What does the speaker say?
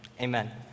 Amen